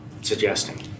suggesting